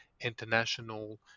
international